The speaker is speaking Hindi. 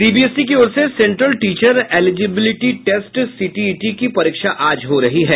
सीबीएसई की ओर से सेंट्रल टीचर एलिजिबिलिटी टेस्टसीटीईटी की परीक्षा आज हो रही है